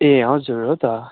ए हजुर हो त